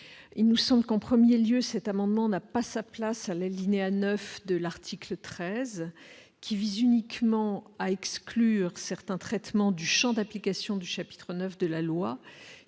il nous semble qu'en 1er lieu cet amendement n'a pas sa place à l'alinéa 9 de l'article 13 qui vise uniquement à exclure certains traitements du Champ d'application du chapitre 9 de la loi